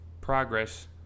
progress